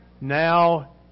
Now